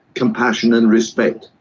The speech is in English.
compassion and respect,